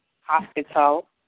hospital